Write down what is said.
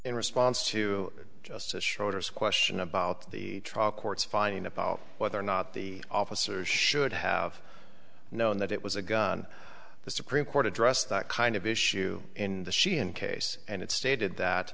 in response to just a short of question about the trial court's finding about whether or not the officers should have known that it was a gun the supreme court addressed that kind of issue in the sheehan case and it stated that